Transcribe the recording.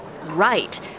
Right